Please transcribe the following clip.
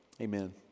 Amen